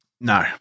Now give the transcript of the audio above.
No